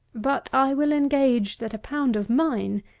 but, i will engage that a pound of mine,